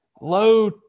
low